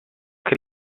che